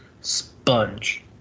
sponge